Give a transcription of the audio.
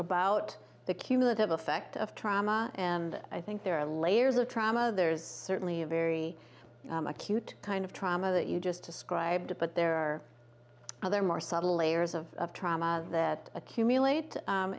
about the cumulative effect of trauma and i think there are layers of trauma there's certainly a very acute kind of trauma that you just described but there are other more subtle layers of trauma that accumulate